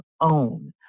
own